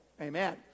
Amen